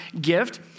gift